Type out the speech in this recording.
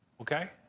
okay